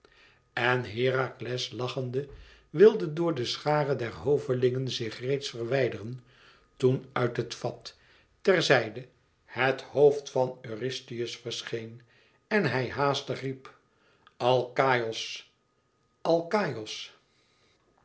en herakles lachende wilde door de schare der hovelingen zich reeds verwijderen toen uit het vat ter zijde het hoofd van eurystheus verscheen en hij haastig riep alkaïos alkaïos